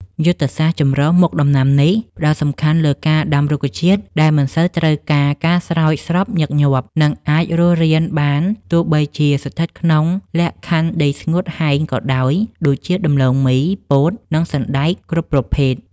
យុទ្ធសាស្ត្រចម្រុះមុខដំណាំនេះ ផ្តោតសំខាន់លើការដាំរុក្ខជាតិដែលមិនសូវត្រូវការការស្រោចស្រពញឹកញាប់ និងអាចរស់រានបានទោះបីជាស្ថិតក្នុងលក្ខខណ្ឌដីស្ងួតហែងក៏ដោយ ដូចជា ដំឡូងមី ពោត និងសណ្តែកគ្រប់ប្រភេទ។